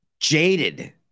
jaded